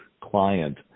client